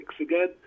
again